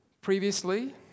previously